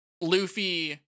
Luffy